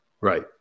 Right